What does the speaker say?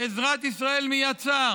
עזרת ישראל מיד צר.